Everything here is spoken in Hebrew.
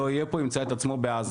לא יהיה כאן אלא ימצא את עצמו בעזה.